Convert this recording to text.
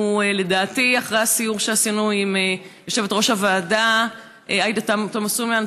אחרי הסיור שעשינו עם יושבת-ראש הוועדה עאידה תומא סלימאן,